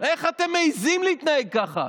איך אתם מעיזים להתנהג ככה?